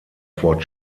vor